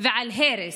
ועל הרס?